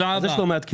יש לא מעט כלים.